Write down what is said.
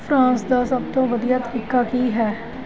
France ਦਾ ਸਭ ਤੋਂ ਵਧੀਆ ਤਰੀਕਾ ਕੀ ਹੈ